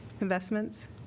investments